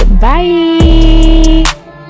bye